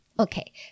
Okay